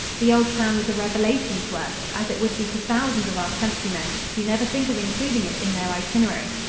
the old town was a revelation to us, as it would be to thousands of our countrymen who never think of including it in their itinerary.